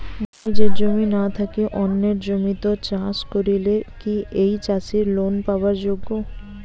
নিজের জমি না থাকি অন্যের জমিত চাষ করিলে কি ঐ চাষী লোন পাবার যোগ্য?